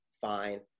fine